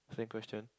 same question